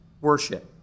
worship